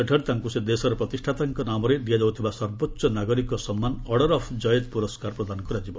ସେଠାରେ ତାଙ୍କୁ ସେ ଦେଶର ପ୍ରତିଷ୍ଠାତାଙ୍କ ନାମରେ ଦିଆଯାଉଥିବା ସର୍ବୋଚ୍ଚ ନାଗରିକ ସମ୍ମାନ ଅଡର ଅଫ୍ ଜୟେଦ୍ ପୁରସ୍କାର ପ୍ରଦାନ କରାଯିବ